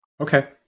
Okay